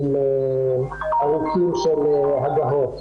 --- של הגהות.